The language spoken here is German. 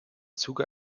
zuge